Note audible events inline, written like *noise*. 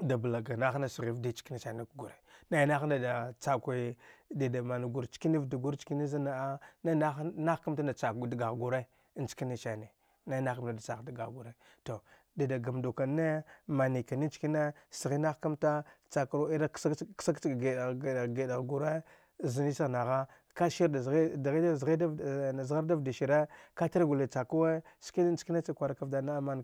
da bla ga nah na sghivdi chkanisank gure nai nah na de chaakwe dida man gur chkani vdagur chkani zan na’a nai nahan nah kamta da chakwe dgagh gure nchikanisani nai nah kamta da chak dgagh gure tu dida gamndu kane mani kani chkane sghinah kamta chak ru iragh sk ksag cha-ksag cha ga giɗagh-giɗagh gure znisagh nagha kasir da sghi dghida *hesitation* zghar da vdashire ka tar gure cha kuwe skina nchane cha kwar kka vdanagha.